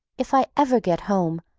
if i ever get home,